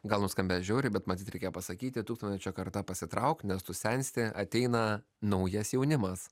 gal nuskambės žiauriai bet matyt reikėjo pasakyti tūkstančio karta pasitrauk nes tu sensti ateina naujas jaunimas